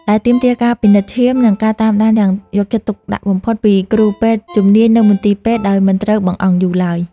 ដែលទាមទារការពិនិត្យឈាម និងការតាមដានយ៉ាងយកចិត្តទុកដាក់បំផុតពីគ្រូពេទ្យជំនាញនៅមន្ទីរពេទ្យដោយមិនត្រូវបង្អង់យូរឡើយ។